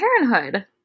Parenthood